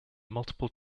multiple